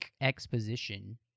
exposition